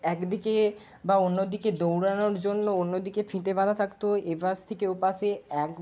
এক দিকে বা অন্য দিকে দৌড়ানোর জন্য অন্য দিকে ফিতে বাঁধা থাকতো এপাশ থেকে ওপাশে এক